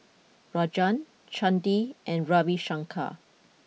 Rajan Chandi and Ravi Shankar